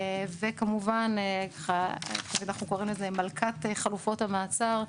וכמובן, אנחנו קוראים לזה "מלכת חלופות המעצר",